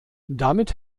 damit